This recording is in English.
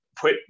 put